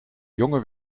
jonge